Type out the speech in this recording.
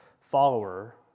follower